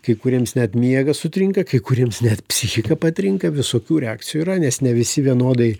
kai kuriems net miegas sutrinka kai kuriems net psichika patrinka visokių reakcijų yra nes ne visi vienodai